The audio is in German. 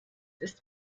ist